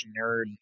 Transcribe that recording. nerd